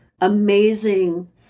amazing